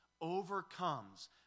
overcomes